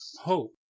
hope